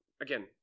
again